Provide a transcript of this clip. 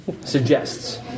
suggests